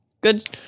Good